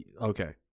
okay